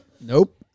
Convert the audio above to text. Nope